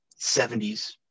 70s